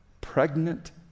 pregnant